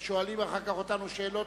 ואחר כך שואלים אותנו שאלות,